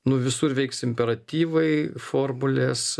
nu visur veiks imperatyvai formulės